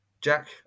Jack